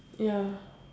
ya